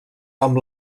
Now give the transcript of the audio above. amb